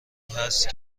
هست